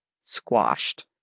squashed